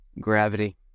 Gravity